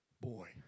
Boy